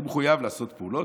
אני מחויב לעשות פעולות,